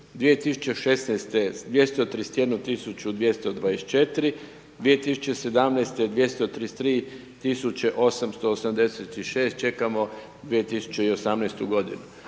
2016.-231.224, 2017.-233.886 čekamo 2018. godinu.